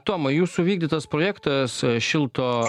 tomai jūsų vykdytas projektas su šilto